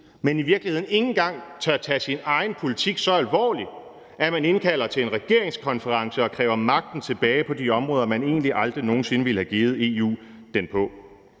men i virkeligheden ikke engang tør tage sin egen politik så alvorligt, at man indkalder til en regeringskonference og kræver magten tilbage på de områder, man egentlig aldrig nogen sinde ville have givet EU den på.